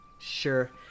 sure